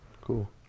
cool